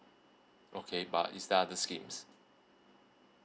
okay but is there other schemes